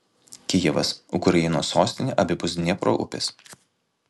kijevas ukrainos sostinė abipus dniepro upės